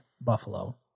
Buffalo